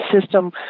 system